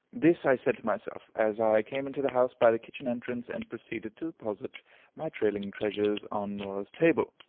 this i said to myself, as i came into the house by the kitchen entrance, and proceeded to deposit my trailing treasures on norah's table,